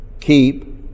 keep